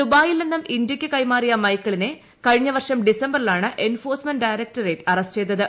ദുബായിൽ നിന്നും ഇന്ത്യയ്ക്കു കൈമാറിയ മൈക്കിളിനെ കഴിഞ്ഞ വർഷം ഡിസംബറിലാണ് എൻഫോഴ്സ്മെന്റ് ഡയറക്ടറേറ്റ് ചെയ്തത്